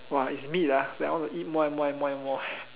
!wah! it's meat ah then I want to eat more and more and more